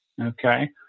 okay